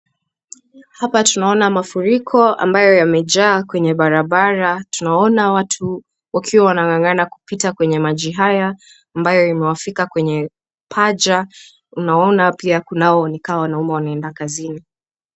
Hapa tuna ona mafuriko ambayo yamejaa kwenye barabara tuna ona watu wakiwa wana ng'ang'ana kupita kwenye maji haya ambayo yame wafika kwenye paja unaona pia nikama kuna wanaume wanaenda kazini.